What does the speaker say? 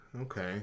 okay